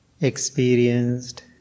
Experienced